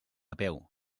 peu